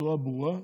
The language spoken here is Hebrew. בצורה ברורה,